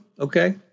okay